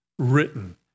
written